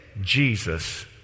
Jesus